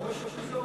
או שזה אומר